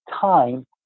time